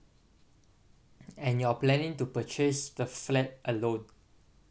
and you're planning to purchase the flat alone